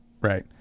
right